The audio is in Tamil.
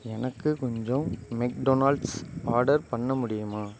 எனக்கு கொஞ்சம் மெக்டொனால்ட்ஸ் ஆர்டர் பண்ண முடியுமா